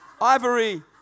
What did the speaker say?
Ivory